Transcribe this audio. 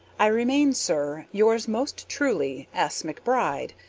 i remain, sir, yours most truly, s. mcbride,